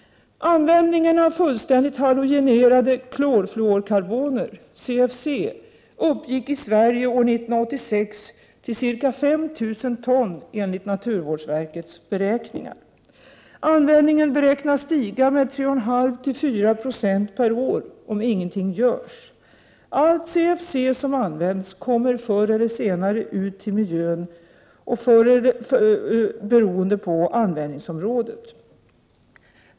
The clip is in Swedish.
Användningen av fullständigt halogenerade klorfluorkarboner, CFC, uppgick i Sverige år 1986 till ca 5 000 ton enligt naturvårdsverkets beräkningar. Användningen beräknas stiga med 3,5—-4 96 per år om ingenting görs. Allt CFC som används kommer, beroende på användningsområdet, förr | eller senare ut till miljön.